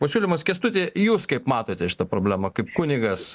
pasiūlymas kęstuti jūs kaip matote šitą problemą kaip kunigas